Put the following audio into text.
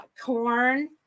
corn